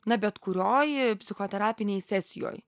na bet kurioj psichoterapinėj sesijoj